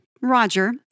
Roger